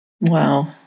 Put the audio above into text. Wow